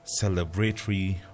celebratory